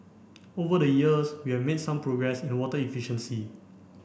over the years we have made some progress in water efficiency